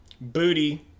Booty